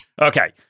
Okay